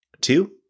two